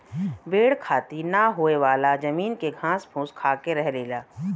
भेड़ खेती ना होयेवाला जमीन के घास फूस खाके रह लेला